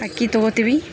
ಅಕ್ಕಿ ತಗೊತಿವಿ